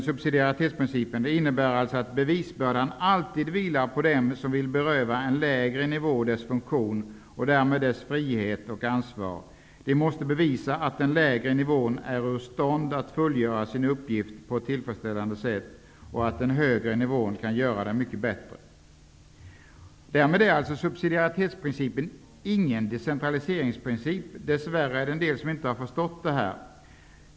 Subsidiaritetsprincipen innebär alltså att bevisbördan alltid vilar på dem som vill beröva en lägre nivå dess funktion och därmed dess frihet och ansvar -- de måste bevisa att den lägre nivån är ur stånd att fullgöra sin uppgift på ett tillfredsställande sätt och att den högre nivån kan göra det mycket bättre. Därmed är alltså subsidiaritetsprincipen ingen decentraliseringsprincip. Dess värre har en del inte förstått detta.